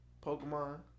Pokemon